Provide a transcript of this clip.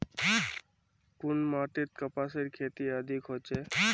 कुन माटित कपासेर खेती अधिक होचे?